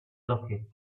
lucky